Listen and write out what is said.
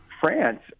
France